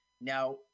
Now